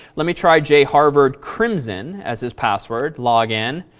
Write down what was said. let me try, jharvard, crimson as his password. log in.